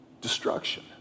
destruction